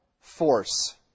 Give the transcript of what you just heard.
force